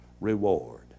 reward